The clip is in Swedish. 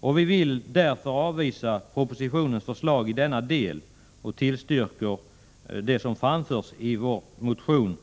Vi föreslår därför att utskottet avvisar propositionens förslag i denna del och tillstyrker motion